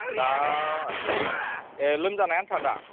दा लोमजानाय आन्था दा